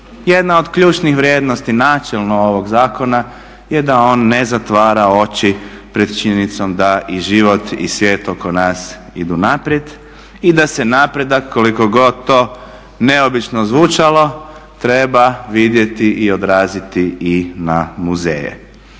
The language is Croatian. jedna od ključnih vrijednosti načelno ovog zakona je da on ne zatvara oči pred činjenicom da i život i svijet oko nas ide naprijed i da se napredak koliko god to neobično zvučalo treba vidjeti i odraziti i na muzeje.